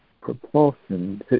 propulsion